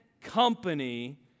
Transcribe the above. company